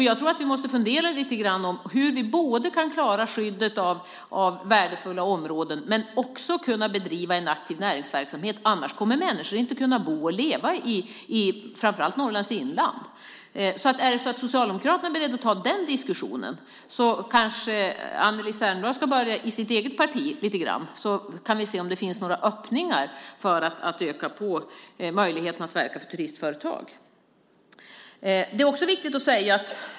Jag tror att vi lite grann måste fundera på hur vi både klarar skyddet av värdefulla områden och kan bedriva en aktiv näringsverksamhet. I annat fall kommer människor inte att kunna bo och leva i framför allt Norrlands inland. Om Socialdemokraterna är beredda att ta den diskussionen kanske Anneli Särnblad ska börja i sitt eget parti. Då kan vi se om det finns några öppningar för att öka möjligheterna för turistföretagen att verka.